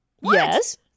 Yes